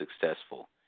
successful